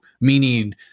Meaning